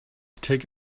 take